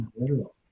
literal